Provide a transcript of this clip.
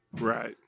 Right